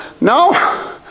no